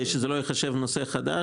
כדי שלא ייחשב נושא חדש.